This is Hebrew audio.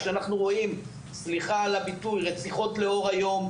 אנחנו רואים רציחות לאור יום,